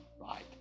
right